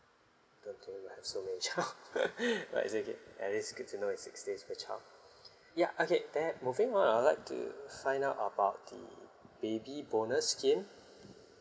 I don't think that I have so many child right it's okay at least good to know it's six days per child ya okay then moving on I'd like to find out about the baby bonus scheme